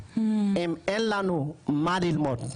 אין לנו מה ללמוד,